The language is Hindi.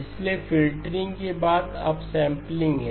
इसलिए फिल्टरिंग के बाद अपसैंपलिंग है